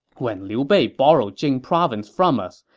when liu bei borrowed jing province from us,